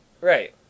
Right